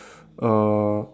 uh